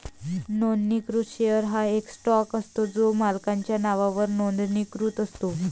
नोंदणीकृत शेअर हा एक स्टॉक असतो जो मालकाच्या नावावर नोंदणीकृत असतो